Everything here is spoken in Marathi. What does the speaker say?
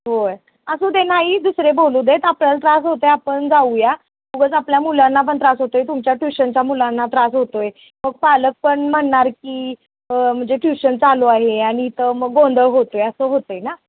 होय असूदे नाही दुसरे बोलूदेत आपल्याला त्रास होत आहे आपण जाऊया उगाच आपल्या मुलांना पण त्रास होतो आहे तुमच्या ट्युशनच्या मुलांना त्रास होतो आहे मग पालक पण म्हणणार की म्हणजे ट्यूशन चालू आहे आणि इथं मग गोंधळ होतो आहे असं होतं आहे ना